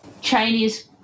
Chinese